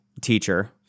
teacher